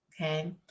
Okay